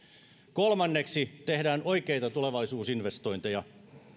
kolmanneksi tehdään oikeita tulevaisuusinvestointeja